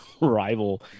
rival